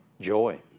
Joy